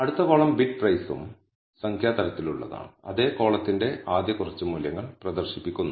അടുത്ത column bid പ്രൈസും സംഖ്യാ തരത്തിലുള്ളതാണ് അതേ കോളത്തിന്റെ ആദ്യ കുറച്ച് മൂല്യങ്ങൾ പ്രദർശിപ്പിക്കുന്നു